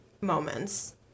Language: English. moments